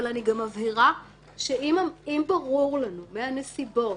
אבל אני גם מבהירה שאם ברור לנו מהנסיבות